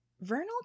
vernal